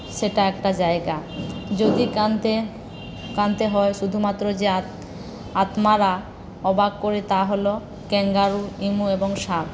সেটা একটা জায়গা যদি একান্তে ক্লান্ত হওয়া শুধুমাত্র যে আপনারা অবাক করে তা হলো ক্যাঙ্গারু এমু এবং সাপ